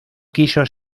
quiso